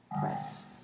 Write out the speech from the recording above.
press